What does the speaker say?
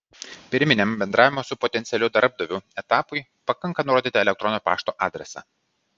pirminiam bendravimo su potencialiu darbdaviu etapui pakanka nurodyti elektroninio pašto adresą